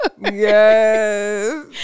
Yes